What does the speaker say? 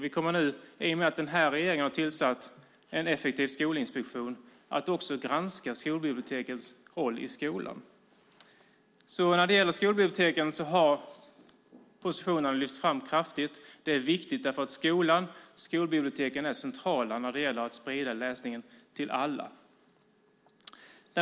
Vi kommer nu, i och med att den här regeringen har tillsatt en effektiv skolinspektion, att också granska skolbibliotekens roll i skolan. När det gäller skolbiblioteken har positionerna lyfts fram kraftigt. Det är viktigt därför att skolan och skolbiblioteken är centrala när det gäller att sprida läsningen till alla.